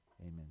Amen